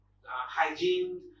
hygiene